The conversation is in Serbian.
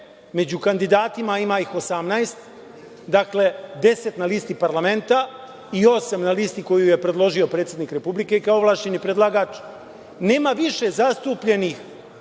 među kandidatima, a ima ih 18, dakle, deset na listi parlamenta i osam na listi koju je predložio predsednik Republike kao ovlašćeni predlagač, nema više zastupljenih